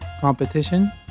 competition